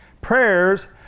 Prayers